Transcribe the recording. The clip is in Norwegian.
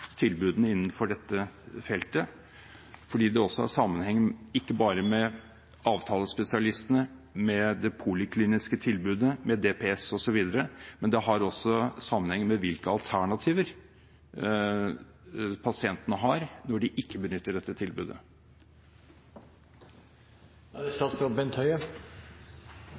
tilbudene innenfor dette feltet, for det har sammenheng ikke bare med avtalespesialistene, det polikliniske tilbudet, distriktspsykiatriske sentre osv., men det har også sammenheng med hvilke alternativer pasientene har når de ikke benytter dette